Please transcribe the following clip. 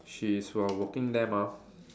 she is from working there mah